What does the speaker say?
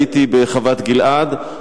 הייתי בחוות-גלעד,